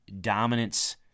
dominance